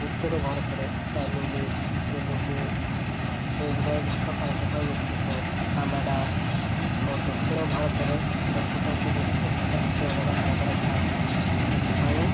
ଉତ୍ତର ଭାରତରେ ତାମିଲ ତେଲୁଗୁ ଏଗୁଡ଼ାଏ ଭାଷା ତାଙ୍କ ପାଇଁ ମୁଖ୍ୟତଃ କାନାଡ଼ା ଓ ଦକ୍ଷିଣ ଭାରତରେ ସେପଟକୁ ମୁଖ୍ୟ ଭାଷା କିଛି ଅଲଗା ତାଙ୍କର ଥାଏ ସେଥିପାଇଁ